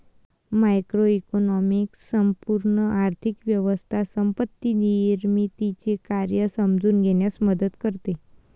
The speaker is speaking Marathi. मॅक्रोइकॉनॉमिक्स संपूर्ण आर्थिक व्यवस्था संपत्ती निर्मितीचे कार्य समजून घेण्यास मदत करते